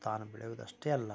ತಾನು ಬೆಳೆಯೋದು ಅಷ್ಟೆ ಅಲ್ಲ